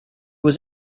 was